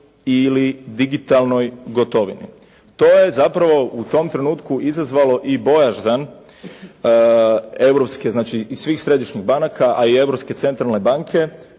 ili digitalnoj gotovini. To je zapravo u tome trenutku izazvalo i bojazan europske i svih središnjih banaka, a i Europske centralne banke,